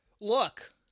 Look